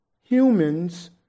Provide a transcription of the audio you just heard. humans